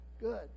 Good